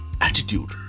attitude